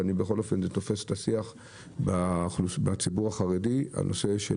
בכל אופן זה תופס את השיח בציבור החרדי וזה הנושא של